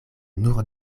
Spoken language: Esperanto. nur